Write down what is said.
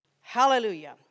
Hallelujah